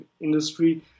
industry